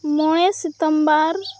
ᱢᱚᱬᱮ ᱥᱤᱛᱚᱢᱵᱚᱨ